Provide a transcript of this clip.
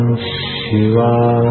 shiva